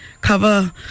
cover